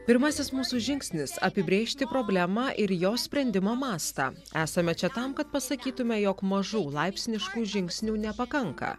pirmasis mūsų žingsnis apibrėžti problemą ir jos sprendimo mastą esame čia tam kad pasakytume jog mažų laipsniškų žingsnių nepakanka